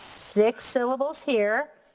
six syllables here.